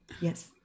Yes